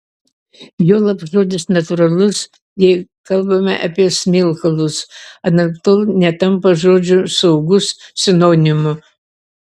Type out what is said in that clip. juolab žodis natūralus jei kalbame apie smilkalus anaiptol netampa žodžio saugus sinonimu